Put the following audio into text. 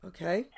Okay